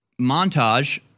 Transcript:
montage